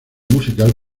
musical